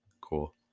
cool